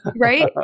Right